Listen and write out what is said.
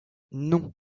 non